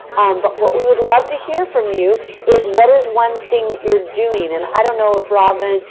but, what we would love to hear from you is what is one thing that you're doing. and, i don't know if robyn,